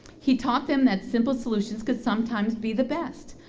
he taught them that simple solutions could sometimes be the best,